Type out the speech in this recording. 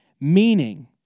Meaning